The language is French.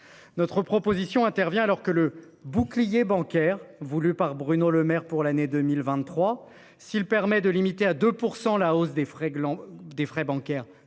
Notre proposition intervient alors que le bouclier bancaire voulue par Bruno Lemaire pour l'année 2023 s'il permet de limiter à 2% la hausse des frais des